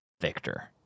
Victor